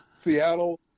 Seattle